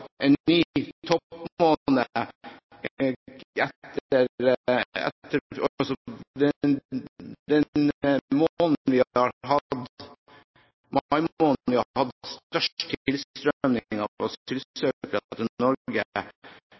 en ny toppmåned, den måneden da vi har hatt størst tilstrømning av asylsøkere til